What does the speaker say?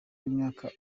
w’imyaka